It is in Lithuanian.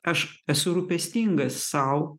aš esu rūpestingas sau